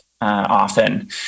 often